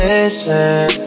Listen